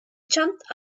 jumped